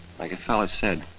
like a fellow said,